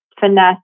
finesse